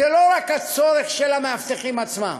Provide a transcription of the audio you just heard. זה לא רק הצורך של המאבטחים עצמם,